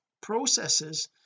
processes